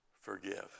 Forgive